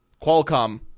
Qualcomm